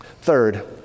Third